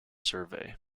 survey